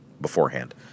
beforehand